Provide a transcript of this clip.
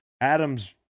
Adams